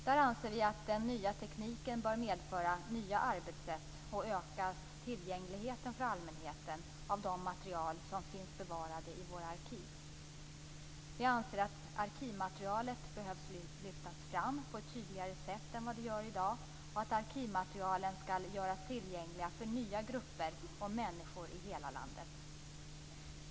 Där anser vi att den nya tekniken bör medföra nya arbetssätt och öka tillgängligheten för allmänheten av de material som finns bevarade i våra arkiv. Vi anser att arkivmaterialet behöver lyftas fram på ett tydligare sätt än vad som görs i dag och att arkivmaterialen skall göras tillgängliga för nya grupper av människor i hela landet.